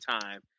time